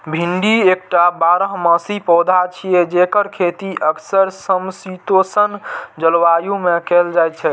भिंडी एकटा बारहमासी पौधा छियै, जेकर खेती अक्सर समशीतोष्ण जलवायु मे कैल जाइ छै